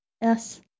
Yes